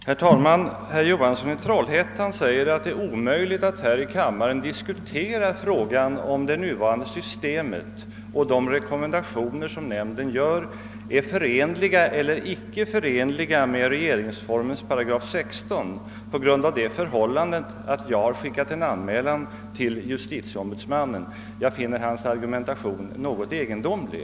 Herr talman! Herr Johansson i Trollhättan säger att det är omöjligt att här i kammaren diskutera frågan om det nuvarande systemet och huruvida de rekommendationer som nämnden gör är förenliga eller icke förenliga med regeringsformens § 16 på grund av att jag skickat en anrhälan till justitieombuds mannen. Jag finner herr Johanssons argumentation något egendomlig.